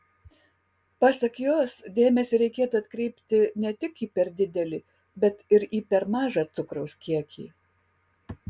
pasak jos dėmesį reikėtų atkreipti ne tik į per didelį bet ir į per mažą cukraus kiekį